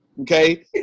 okay